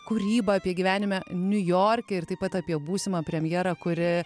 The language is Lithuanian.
kūrybą apie gyvenime niujorke ir taip pat apie būsimą premjerą kuri